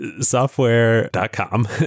software.com